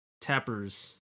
Tappers